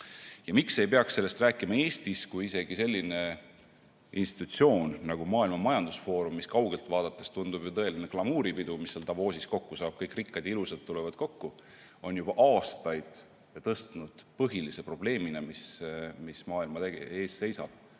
miks ei peaks sellest rääkima Eestis, kui isegi selline institutsioon nagu Maailma Majandusfoorum, mis kaugelt vaadates tundub ju tõeline glamuuripidu, mis seal Davosis kokku saab, kui kõik rikkad ja ilusad kokku tulevad, on juba aastaid tõstnud põhilise probleemina, mis maailma ees seisab,